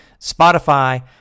Spotify